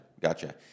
Gotcha